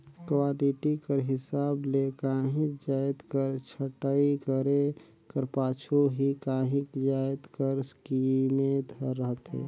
quality कर हिसाब ले काहींच जाएत कर छंटई करे कर पाछू ही काहीं जाएत कर कीमेत हर रहथे